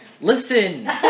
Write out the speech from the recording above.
Listen